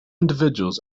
individuals